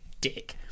Dick